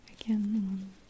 again